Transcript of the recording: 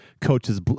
coaches